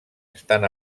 estan